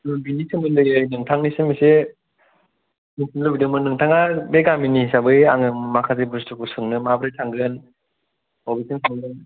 बिनि सोमोन्दै नोंथांनिसिम एसे मिथिनो लुबैदोंमोन नोंथाङा बे गामिनि हिसाबै आङो माखासे बुस्थुखौ सोंनो माब्रै थांगोन बबेथिं थांगोन